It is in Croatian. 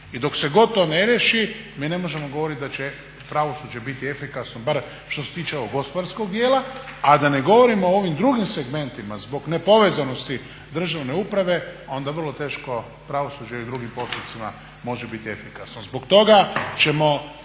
I dok se god to ne riješi mi ne možemo govoriti da će pravosuđe biti efikasno bar što se tiče ovog gospodarskog dijela, a da ne govorimo o ovim drugim segmentima zbog nepovezanosti državne uprave, onda vrlo teško pravosuđe i u drugim postupcima može biti efikasno.